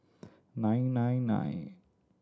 nine nine nine